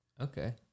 Okay